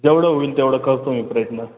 जवढं होईल तेवढं करतो मी प्रयत्न